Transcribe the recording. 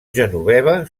genoveva